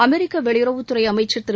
அமெரிக்க வெளியுறவுத்துறை அமைச்சர் திரு